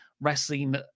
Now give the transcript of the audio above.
wrestling